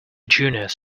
juniors